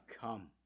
come